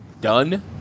done